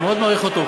אני מאוד מעריך אותו,